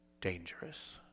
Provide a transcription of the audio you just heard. dangerous